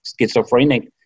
schizophrenic